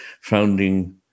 founding